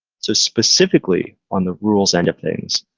so specifically, on the rules end of things,